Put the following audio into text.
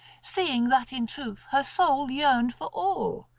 seeing that in truth her soul yearned for all.